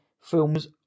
films